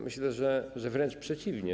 Myślę, że wręcz przeciwnie.